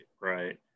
right